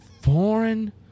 foreign